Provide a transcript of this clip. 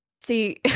See